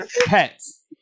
pets